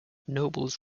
nobles